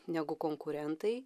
negu konkurentai